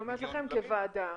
אני אומרת לכם כוועדה,